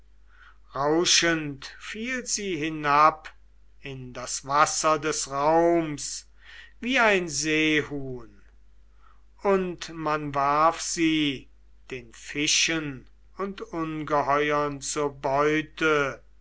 rauschend fiel sie hinab in das wasser des raums wie ein seehuhn und man warf sie den fischen und ungeheuern zur beute